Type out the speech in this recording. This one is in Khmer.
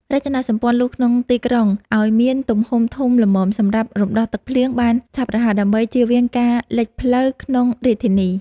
រចនាប្រព័ន្ធលូក្នុងទីក្រុងឱ្យមានទំហំធំល្មមសម្រាប់រំដោះទឹកភ្លៀងបានឆាប់រហ័សដើម្បីជៀសវាងការលិចផ្លូវក្នុងរាជធានី។